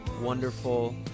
wonderful